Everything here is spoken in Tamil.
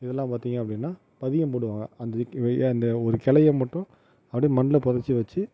இதெல்லாம் பார்த்திங்கனா அப்படின்னா பதியம் போடுவாங்க அந்த அந்த ஒரு கிளைய மட்டும் அப்படியே மண்ணில் பொதைச்சி வெச்சி